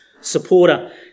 supporter